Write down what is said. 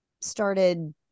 started